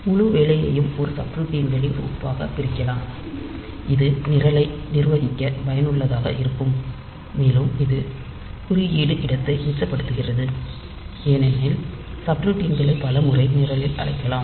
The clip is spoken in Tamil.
எனவே முழு வேலையையும் ஒரு சப்ரூட்டின்களின் தொகுப்பாகப் பிரிக்கலாம் இது நிரலை நிர்வகிக்க பயனுள்ளதாக இருக்கும் மேலும் இது குறியீடு இடத்தை மிச்சப்படுத்துகிறது ஏனெனில் சப்ரூட்டின்கள் பல முறை நிரலில் அழைக்கலாம்